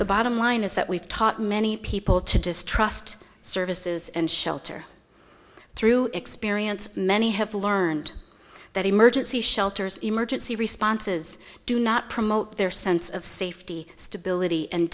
the bottom line is that we've taught many people to distrust services and shelter through experience many have learned that emergency shelters emergency responses do not promote their sense of safety stability and